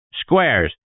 Squares